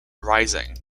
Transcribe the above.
rising